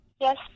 Yes